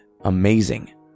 amazing